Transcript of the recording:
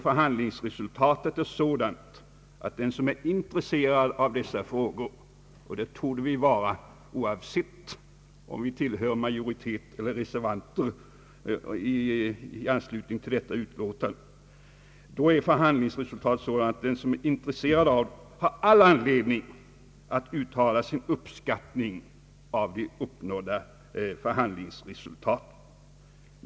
Förhandlingsresultatet är sådant att den som är intresserad av dessa frågor — och det torde vi vara oavsett om vi tillhör majoriteten eller reservanterna i anslutning till utskottsbehandlingen av detta ärende — har all anledning att uttala sin uppskattning av det uppnådda förhandlingsresultatet.